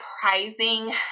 surprising